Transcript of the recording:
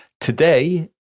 Today